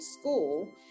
school